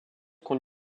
qu’on